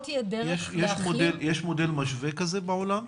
יש מודל משווה כזה בעולם,